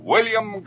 William